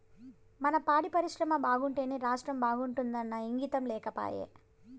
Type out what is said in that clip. మన పాడి పరిశ్రమ బాగుంటేనే రాష్ట్రం బాగుంటాదన్న ఇంగితం లేకపాయే